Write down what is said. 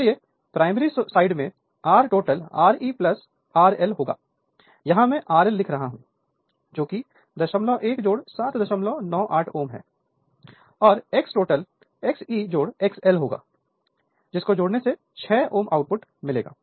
इसलिए primary side में Rtotal ReRL होगा यहां मैं RL लिख रहा हूं जोकि 01798 Ω है और Xtotal Xe X L होगा जिसको जोड़ने से 6 Ω आउटपुट मिलेगा